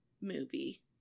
movie